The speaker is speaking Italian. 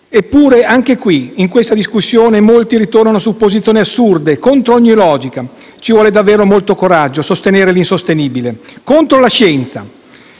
Eppure anche qui, in questa discussione, molti ritornano su posizioni assurde, contro ogni logica. Ci vuole davvero molto coraggio a sostenere l'insostenibile. Non capiscono